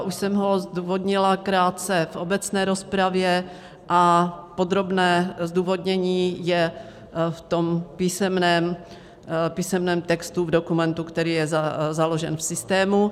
Už jsem ho zdůvodnila krátce v obecné rozpravě a podrobné zdůvodnění je v písemném textu, v dokumentu, který je založen v systému.